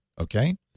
okay